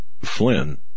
Flynn